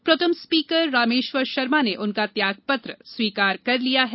pro tem speaker Rameshwar Sharma ने उनका त्यागपत्र स्वीकार कर लिया है